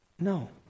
No